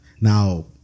Now